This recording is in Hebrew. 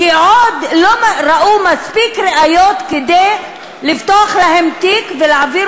כי עוד לא ראו מספיק ראיות לפתוח להם תיק ולהעביר